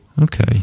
okay